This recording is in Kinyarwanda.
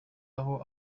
aho